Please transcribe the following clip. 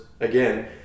again